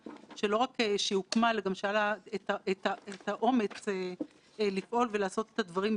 סוף-סוף הייתה כתובת לְמה שאנחנו מעלים ומדברים עליו שנים רבות מאוד,